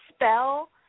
spell